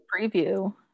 preview